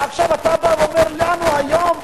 ועכשיו אתה בא ואומר לנו היום: